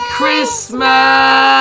Christmas